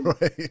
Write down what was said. Right